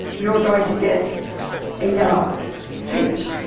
you're going to get a yellow finish.